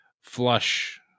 flush